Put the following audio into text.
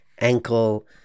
ankle